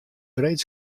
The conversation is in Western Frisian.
breed